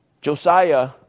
Josiah